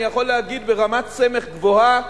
אני יכול להגיד ברמת סמך גבוהה,